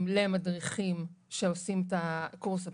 למדריכים שעושים את הקורס הבסיסי,